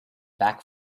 back